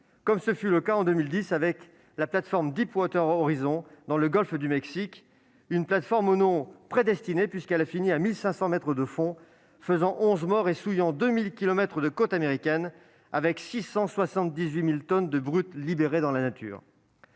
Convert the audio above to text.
pense ici à l'explosion en 2010 de la plateforme Deepwater Horizon dans le Golfe du Mexique- une plateforme au nom prédestiné, puisqu'elle a fini à 1 500 mètres de fond -, qui a fait onze morts et souillé 2 000 kilomètres de côtes américaines avec 678 000 tonnes de brut libérées dans la nature.